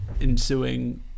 ensuing